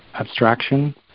abstraction